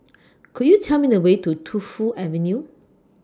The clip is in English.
Could YOU Tell Me The Way to Tu Fu Avenue